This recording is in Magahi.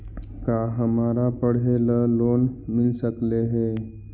का हमरा पढ़े ल लोन मिल सकले हे?